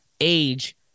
age